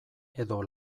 edo